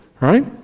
right